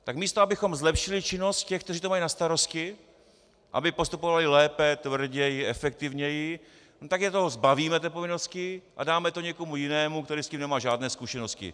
Tak místo abychom zlepšili činnost těch, kteří to mají na starosti, aby postupovali lépe, tvrději, efektivněji, tak je toho zbavíme, té povinnosti, a dáme to někomu jinému, který s tím nemá žádné zkušenosti.